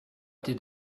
did